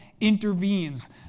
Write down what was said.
intervenes